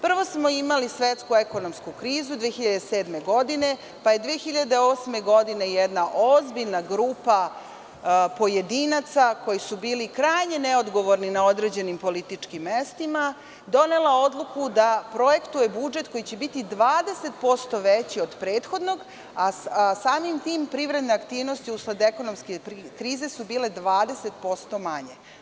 Prvo smo imali svetsku ekonomsku krizu 2007. godine, pa je 2008. godine jedna ozbiljna grupa pojedinaca, koji su bili krajnje neodgovorni na određenim političkim mestima, donela odluku da projektuje budžet koji će biti 20% veći od prethodnog, a samim tim privredne aktivnosti, usled ekonomske krize, su bile 20% manje.